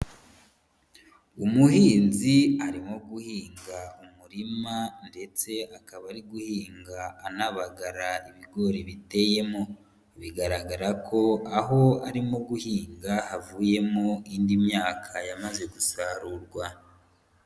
Umuhinzi arimo guhinga umurima ndetse akaba ari guhinga anabagara ibigori biteyemo bigaragara ko aho arimo guhinga havuyemo indi myaka yamaze gusarurwa.